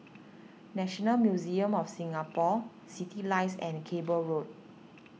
National Museum of Singapore Citylights and Cable Road